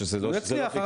הוא יצליח.